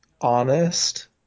honest